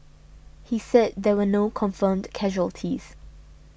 he said there were no confirmed casualties